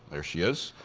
there she is.